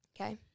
Okay